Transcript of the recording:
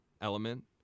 element